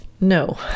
No